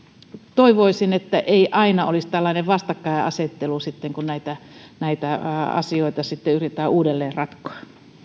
toivoisin että ei aina olisi tällainen vastakkainasettelu sitten kun näitä näitä asioita yritetään uudelleen ratkoa